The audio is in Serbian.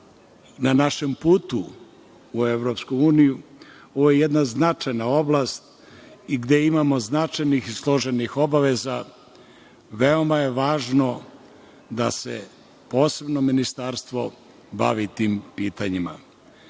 na našem putu u Evropsku uniju ovo jedna značajna oblast i gde imamo značajnih i složenih obaveza, veoma je važno da se posebno ministarstvo bavi tim pitanjima.